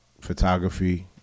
photography